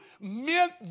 meant